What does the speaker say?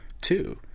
Two